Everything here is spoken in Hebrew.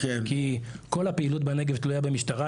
כי כל הפעילות בנגב תלויה במשטרה,